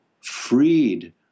freed